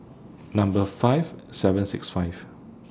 Number five seven six five